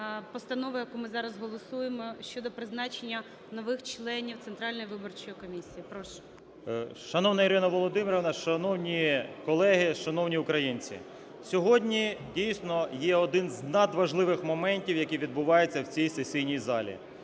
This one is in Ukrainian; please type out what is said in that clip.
постанови, яку ми зараз голосуємо, щодо призначення нових членів Центральної виборчої комісії. Прошу. 16:44:29 ГЕРАСИМОВ А.В. Шановна Ірино Володимирівно, шановні колеги, шановні українці! Сьогодні, дійсно, є один з надважливих моментів, який відбувається в цій сесійні залі.